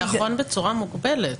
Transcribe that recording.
זה נכון בצורה מוגבלת.